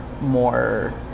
more